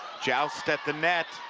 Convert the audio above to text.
joust at the net.